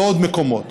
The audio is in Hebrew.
בעוד מקומות.